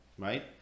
Right